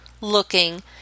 looking